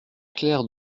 clair